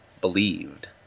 believed